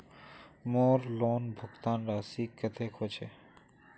मोर लोन भुगतान राशि कतेक होचए?